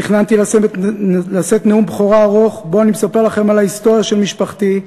תכננתי לשאת נאום בכורה ארוך שבו אני מספר לכם על ההיסטוריה של משפחתי,